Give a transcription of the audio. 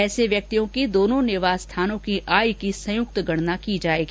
ऐसे व्यक्तियों की दोनों निवास स्थानों की आय की संयुक्त गणना की जाएगी